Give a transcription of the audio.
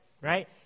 right